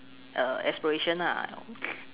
uh aspiration ah